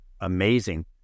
amazing